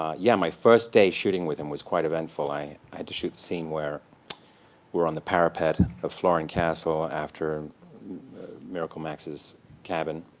ah yeah, my first day shooting with him was quite eventful. i i had to shoot the scene where we're on the parapet of florin castle after miracle max's cabin.